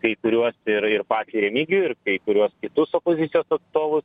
kai kuriuos ir ir patį remigijų ir kai kuriuos kitus opozicijos atstovus